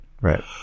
Right